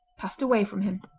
passed away from him.